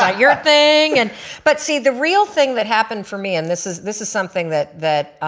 ah your thing. and but see the real thing that happened for me and this is this is something that that